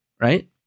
right